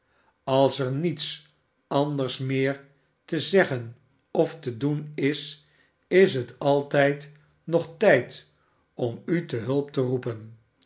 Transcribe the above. als er niets anders meer te zeggen of te doen is is het altijd nog tijd om u te hulp te roepen